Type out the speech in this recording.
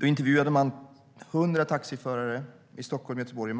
De intervjuade 100 taxiförare inom den upphandlade färdtjänsten i Stockholm, Göteborg och